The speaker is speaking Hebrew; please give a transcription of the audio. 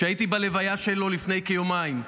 שהייתי בלוויה שלו לפני כיומיים.